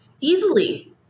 easily